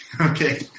Okay